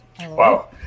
Wow